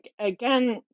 again